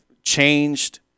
changed